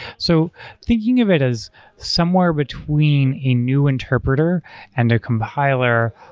so thinking of it as somewhere between a new interpreter and a compiler,